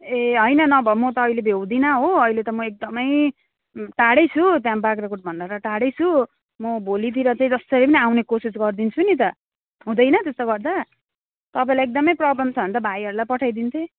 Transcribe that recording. ए होइन नभए म त अहिले भ्याउँदिनँ हो अहिले त म एकदमै टाढै छु बाग्राकोटभन्दा टाढै छु म भोलितिर चाहिँ जसरी पनि आउने कोसिस गरिदिन्छु नि त हुँदैन त्यसो गर्दा तपाईँलाई एकदमै प्रोब्लम छ भने त भाइहरूलाई पठाइदिन्थेँ